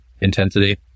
intensity